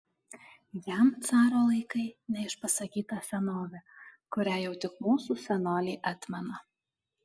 jam caro laikai neišpasakyta senovė kurią jau tik mūsų senoliai atmena